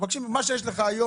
מבקשים מה שיש לכם היום,